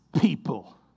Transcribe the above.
people